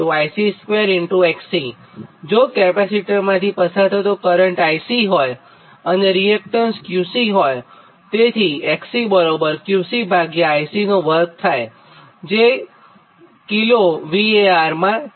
હવે QC 𝐼𝐶2∗𝑋𝐶 જો કેપેસિટરમાંથી પસાર થતો કરંટ IC હોય અને રીએક્ટન્સ XC હોયતેથી 𝑋𝐶 બરાબર QC ભાગ્યા નો 𝐼𝐶 વર્ગ થાય જે kilo VAR માં છે